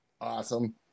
Awesome